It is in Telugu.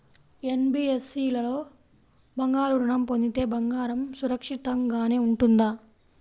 ఎన్.బీ.ఎఫ్.సి లో బంగారు ఋణం పొందితే బంగారం సురక్షితంగానే ఉంటుందా?